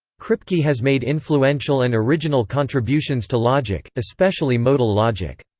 kripke has made influential and original contributions to logic, especially modal logic.